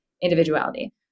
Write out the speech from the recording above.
individuality